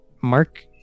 Mark